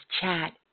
chat